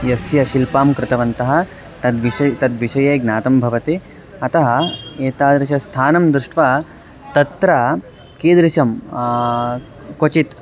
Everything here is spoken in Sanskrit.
यस्य शिल्पं कृतवन्तः तद्विषये तद्विषये ज्ञातं भवति अतः एतादृशस्थानं दृष्ट्वा तत्र कीदृशं क्वचित्